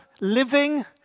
living